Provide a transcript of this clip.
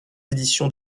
éditions